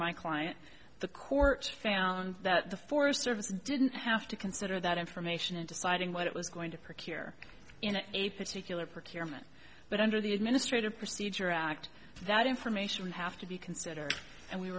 my client the court found that the forest service didn't have to consider that information in deciding what it was going to procure in a particular procurement but under the administrative procedure act that information have to be considered and we